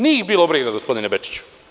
Nije ih bilo briga gospodine Bečiću.